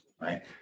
right